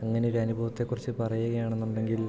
അങ്ങനൊരു അനുഭവത്തെക്കുറിച്ച് പറയുകയാണെന്നുണ്ടെങ്കിൽ